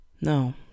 No